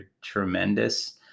tremendous